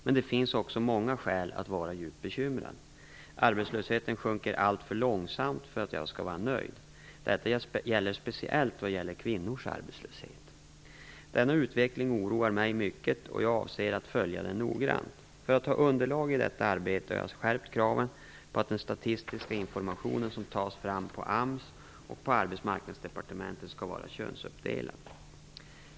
Men det finns också många skäl att vara djupt bekymrad. Arbetslösheten sjunker alltför långsamt för att jag skall vara nöjd. Detta gäller speciellt kvinnors arbetslöshet. Denna utveckling oroar mig mycket, och jag avser att följa den noggrant. För att ha underlag i detta arbete har jag skärpt kraven på att den statistiska information som tas fram på AMS och på Arbetsmarknadsdepartementet skall vara könsuppdelad.